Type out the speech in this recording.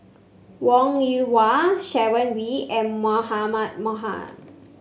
Wong Yoon Wah Sharon Wee and Mahmud Ahmad